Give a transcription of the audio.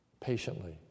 patiently